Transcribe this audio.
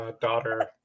daughter